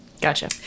gotcha